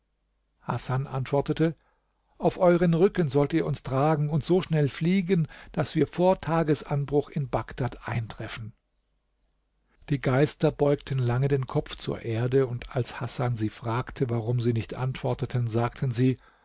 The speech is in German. hasan antwortete auf euren rücken sollt ihr uns tragen und so schnell fliegen daß wir vor tagesanbruch in bagdad eintreffen die geister beugten lange den kopf zur erde und als hasan sie fragte warum sie nicht antworteten sagten sie